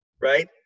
right